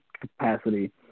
capacity